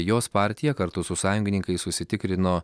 jos partija kartu su sąjungininkais užsitikrino